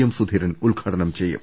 M Sudheeran ഉദ്ഘാടനം ചെയ്യും